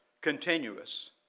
continuous